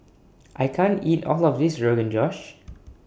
I can't eat All of This Rogan Josh